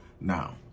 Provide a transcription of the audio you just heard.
Now